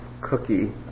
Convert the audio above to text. cookie